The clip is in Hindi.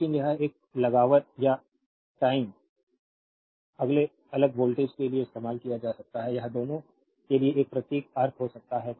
लेकिन यह एक यह लगावायर या टाइम अलग वोल्टेज के लिए इस्तेमाल किया जा सकता है यह दोनों के लिए इस प्रतीक अर्थ हो सकता है